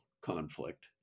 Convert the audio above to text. conflict